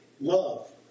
love